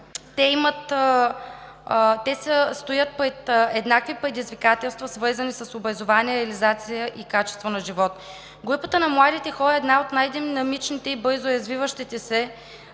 Те стоят пред еднакви предизвикателства, свързани с образование, реализация и качество на живот. Групата на младите хора е една от най-динамичните и бързо развиващите се